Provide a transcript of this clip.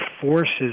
forces